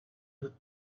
have